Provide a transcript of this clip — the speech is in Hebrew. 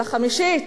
על החמישית,